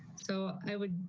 so i would,